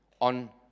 on